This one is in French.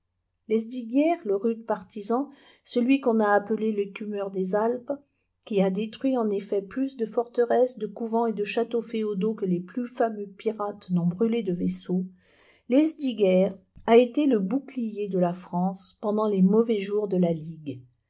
lesdiguières le rude partisan celui qu'on a appelé l'écumeur des alpes et qui a détruit en effet plus de forteresses de couvents et de châteaux féodaux que les plus fameux pirates n'ont brûlé de vaisseaux lesdiguières a été le bouclier de la france pendant les mauvais jours de la ligue